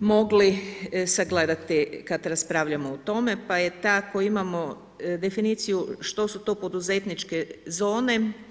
mogli sagledati, kad raspravljamo o tome, pa je ta koju imamo definiciju što tu to poduzetničke zone.